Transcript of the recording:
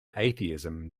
atheism